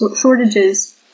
shortages